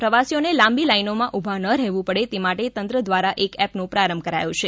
પ્રવાસીઓને લાંબી લાઇનોમાં ઊભા ન રહેવું પડે તે માટે તંત્ર દ્વારા એક એપનો પ્રારંભ કરાચો છે